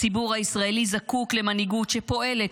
הציבור הישראלי זקוק למנהיגות שפועלת,